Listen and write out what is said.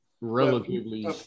relatively